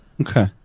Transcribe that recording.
Okay